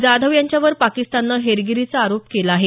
जाधव यांच्यावर पाकिस्ताननं हेरगिरीचा आरोप केला आहे